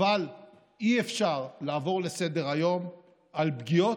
אבל אי-אפשר לעבור לסדר-היום על פגיעות,